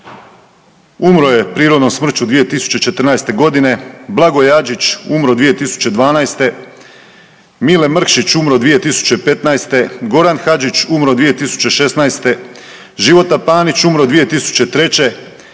umro je prirodnom smrću 2014.g., Blagoje Adžić umro 2012., Mile Mrkšić umro 2015., Goran Hadžić umro 2016., Života Panić umro 2003.,